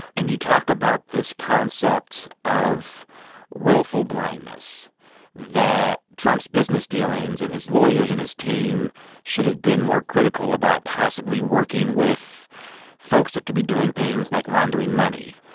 and you talk about this concept of willful blindness that trump's business dealings and his lawyers and his team should've been more critical about possibly working with folks that could be doing things like laundering money.